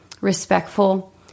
respectful